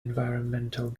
environmental